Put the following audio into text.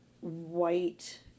white